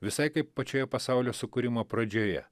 visai kaip pačioje pasaulio sukūrimo pradžioje